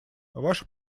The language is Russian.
ваше